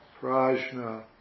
Prajna